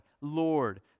Lord